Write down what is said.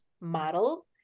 model